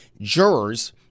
jurors